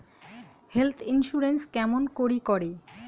Health insurance কেমন করি করে?